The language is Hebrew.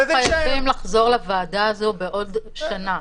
אנחנו חייבים לחזור לוועדה הזאת בעוד שנה,